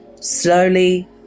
Slowly